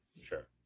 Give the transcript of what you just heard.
Sure